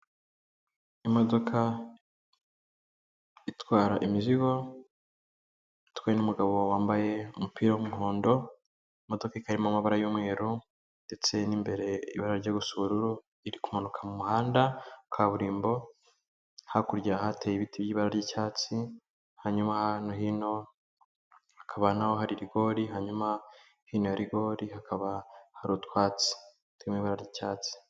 Imodoka itwara imizigo, itwawe n'umugabo wambaye umupira w'umuhondo, imadoka ikaba irimo amabara y'umweru ndetse n'imbere ibara rijya gusa ubururu, iri kumanuka mu muhanda, kaburimbo, hakurya hateye ibiti by'ibara ry'icyatsi, hanyuma no hino hakaba na ho hari rigori, hanyuma hino ya rigori hakaba hari utwatsi turi mu ibara ry'icyatsi.